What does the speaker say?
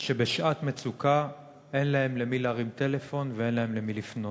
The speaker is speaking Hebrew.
שבשעת מצוקה אין להם למי להרים טלפון ואין להם למי לפנות.